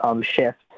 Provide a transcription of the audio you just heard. shift